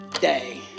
day